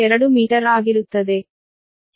2 metre ಆಗಿರುತ್ತದೆ